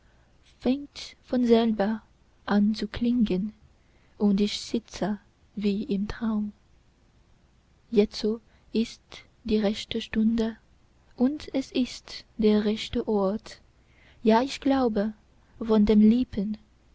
von selber an zu klingen und ich sitze wie im traum jetzo ist die rechte stunde und es ist der rechte ort ja ich glaube von den lippen